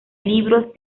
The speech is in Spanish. libros